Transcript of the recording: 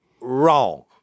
wrong